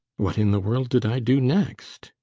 what in the world did i do next?